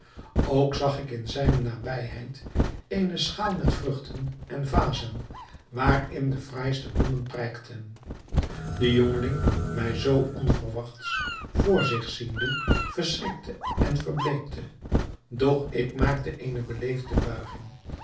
ook zag ik in zijne nabijheid eene schaal met vruchten en vazen waarin de fraaiste bloemen prijkten de jongeling mij zoo onverwachts voor zich ziende verschrikte en verbleekte doch ik maakte eene beleefde buiging